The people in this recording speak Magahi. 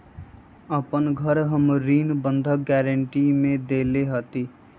अपन घर हम ऋण बंधक गरान्टी में देले हती